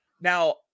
Now